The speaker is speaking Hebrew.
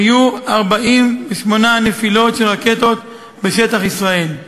היו 48 נפילות של רקטות בשטח ישראל,